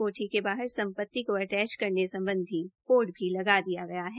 कोठी के बारह संपति को अटैच करने सम्बधी बोर्ड भी लगा दिया गया है